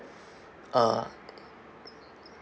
uh